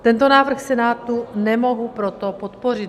Tento návrh Senátu nemohu proto podpořit.